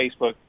Facebook